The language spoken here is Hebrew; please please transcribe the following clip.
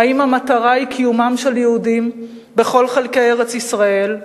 האם המטרה היא קיומם של יהודים בכל חלקי ארץ-ישראל,